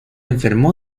enfermó